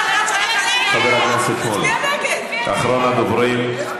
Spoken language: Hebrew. חבר הכנסת שמולי, אחרון הדוברים.